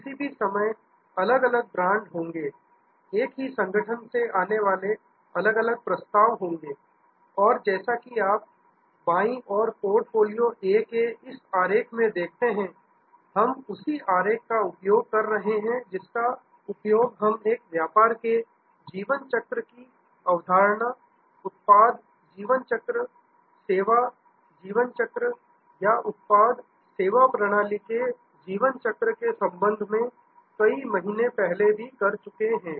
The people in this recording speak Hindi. किसी भी समय अलग अलग ब्रांड होंगे एक ही संगठन से आने वाले अलग अलग प्रस्ताव होंगे और जैसा कि आप बाई और पोर्टफोलियो ए के इस आरेख में देखते हैं हम उसी आरेख का उपयोग कर रहे हैं जिसका उपयोग हम एक व्यापार के जीवन चक्र की अवधारणा उत्पाद जीवन चक्र सेवा जीवन चक्र या उत्पाद सेवा प्रणाली जीवन चक्र के संबंध में कई बार पहले भी कर चुके हैं